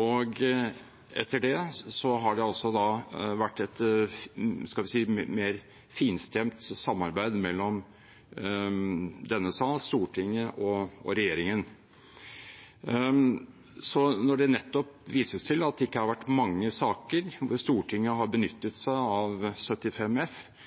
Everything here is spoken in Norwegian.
og etter det har det altså vært et – skal vi si – mer finstemt samarbeid mellom denne salen, Stortinget, og regjeringen. Så når det nettopp vises til at det ikke har vært mange saker hvor Stortinget har benyttet seg av § 75 f,